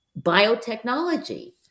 biotechnology